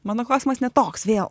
mano klausimas ne toks vėl